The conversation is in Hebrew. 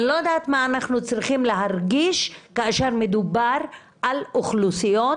אני לא יודעת מה אנחנו צריכים להרגיש כאשר מדובר על אוכלוסיות